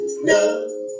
no